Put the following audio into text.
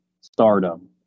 stardom